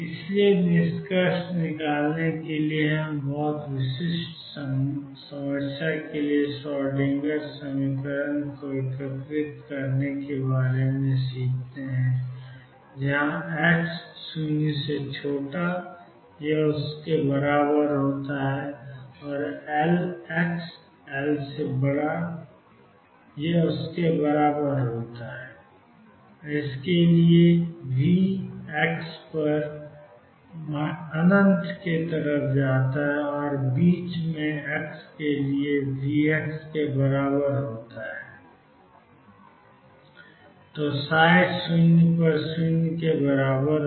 इसलिए निष्कर्ष निकालने के लिए हमने बहुत विशिष्ट समस्या के लिए श्रोडिंगर समीकरण को एकीकृत करने के बारे में सीखा है जहां x≤0 और x≥L के लिए Vx∞ और बीच में x के लिए V के बराबर है